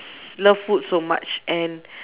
love food so much and